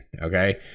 Okay